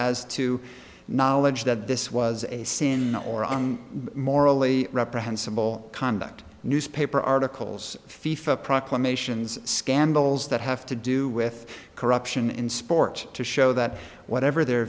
as to knowledge that this was a sin or on morally reprehensible conduct newspaper articles fifo proclamations scandals that have to do with corruption in sport to show that whatever their